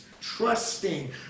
trusting